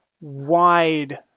wide